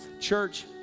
church